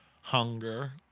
hunger